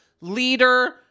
leader